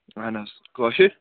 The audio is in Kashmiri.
اَہَن حظ کٲشِر